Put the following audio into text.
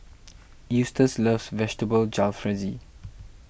Eustace loves Vegetable Jalfrezi